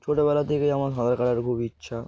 ছোটোবেলা থেকেই আমার সাঁতার কাটার খুব ইচ্ছা